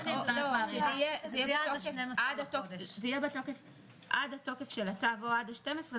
זה יהיה בתוקף עד התוקף של הצו או עד 12 בדצמבר,